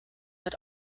had